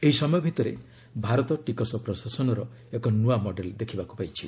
ଏହି ସମୟ ଭିତରେ ଭାରତ ଟିକସ ପ୍ରଶାସନର ଏକ ନୂଆ ମଡେଲ୍ ଦେଖିବାକୁ ପାଇଛି